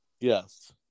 Yes